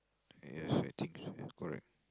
yes I think so correct